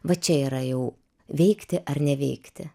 va čia yra jau veikti ar neveikti